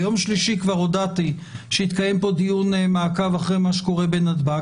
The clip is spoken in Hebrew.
ביום שלישי יתקיים פה דיון מעקב אחרי מה שקורה בנתב"ג.